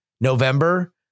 November